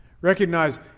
recognize